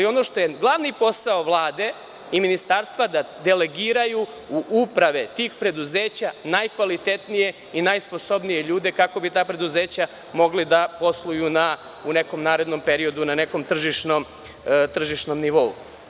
Ono što je glavni posao Vlade i Ministarstva da delegiraju u uprave tih preduzeća , najkvalitetnije i najsposobnije ljude kako bi ta preduzeća mogla da posluju u nekom narednom periodu na nekom tržišnom nivou.